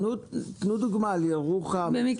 תן דוגמה לגבי ירוחם,